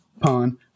Pawn